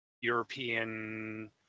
European